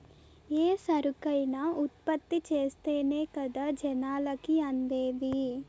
ఏ సరుకైనా ఉత్పత్తి చేస్తేనే కదా జనాలకి అందేది